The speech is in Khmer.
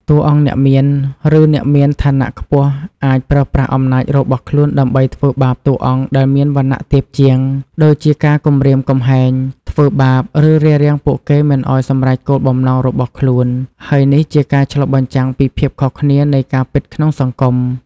តួអង្គអ្នកមាន ឬអ្នកមានឋានៈខ្ពស់អាចប្រើប្រាស់អំណាចរបស់ខ្លួនដើម្បីធ្វើបាបតួអង្គដែលមានវណ្ណៈទាបជាង ដូចជាការគំរាមកំហែង ធ្វើបាប ឬរារាំងពួកគេមិនឱ្យសម្រេចគោលបំណងរបស់ខ្លួន ហើយនេះជាការឆ្លុះបញ្ចាំងពីភាពខុសគ្នានៃការពិតក្នុងសង្គម។